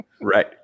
Right